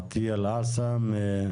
עטיה אלאעסם,